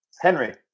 Henry